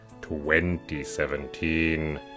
2017